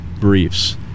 briefs